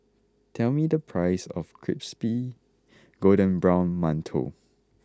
tell me the price of Crispy Golden Brown Mantou